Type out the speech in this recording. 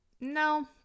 No